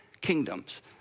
kingdoms